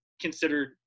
considered